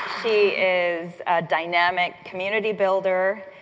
she is a dynamic community-builder,